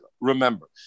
Remember